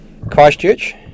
Christchurch